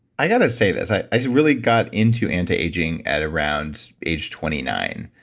i gotta say this. i really got into anti-aging at around age twenty nine,